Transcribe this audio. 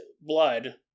blood